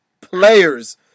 players